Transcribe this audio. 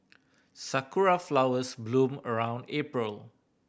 sakura flowers bloom around April